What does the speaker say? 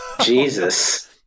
Jesus